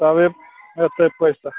तबे हेतय पैसा